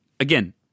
Again